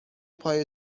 پای